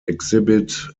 exhibit